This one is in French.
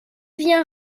devient